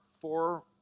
four